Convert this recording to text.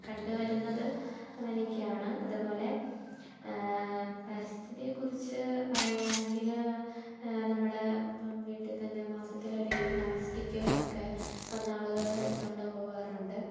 കണ്ടു വരുന്നത് അങ്ങനെയൊക്കെയാണ് അതുപോലെ പരിസ്ഥിതിയെ കുറിച്ച് പറയുകയാണെങ്കിൽ നമ്മുടെ ഇപ്പം വീട്ടിൽ തന്നെ മാസത്തിൽ ഒരിക്കൽ പ്ലാസ്റ്റിക് ഒക്കെ വന്നാളുകൾ എടുത്തോണ്ട് പോകാറുണ്ട്